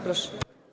Proszę.